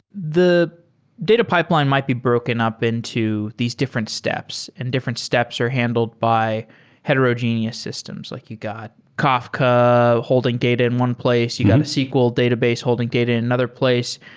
the data pipeline might be broken up into these different steps, and different steps are handled by heterogeneous systems, like you got kafka holding data in one place. you got the sql database holding data in another place.